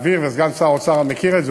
וסגן שר האוצר מכיר את זה,